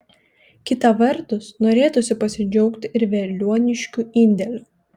kita vertus norėtųsi pasidžiaugti ir veliuoniškių indėliu